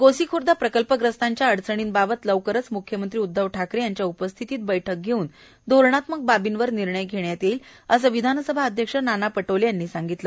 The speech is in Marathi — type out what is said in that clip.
गोसीखूर्द प्रकल्पग्रस्तांच्या अडचणीबाबत लवकरच मुख्यमंत्री उध्दव ठाकरे यांच्या उपस्थितीत बैठक घेव्न धोरणात्मक बाबीवर निर्णय घेण्यात येईल असं विधानसभा अध्यक्ष नाना पटोले यांनी सांगीतलं